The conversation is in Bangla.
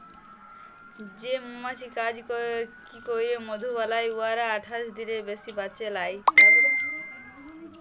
যে মমাছি কাজ ক্যইরে মধু বালাই উয়ারা আঠাশ দিলের বেশি বাঁচে লায়